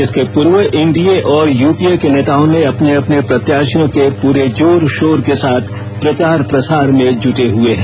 इसके पूर्व कल एनडीए और यूपीए के नेताओं ने अपने अपने प्रत्याशियों के पूरे जोर शोर के साथ प्रचार प्रसार में जुटे हुए हैं